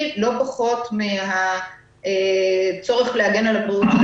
לא פחות מן הצורך להגן על הבריאות שלהם.